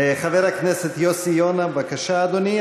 חבר הכנסת יוסי יונה, בבקשה, אדוני.